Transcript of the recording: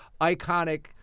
iconic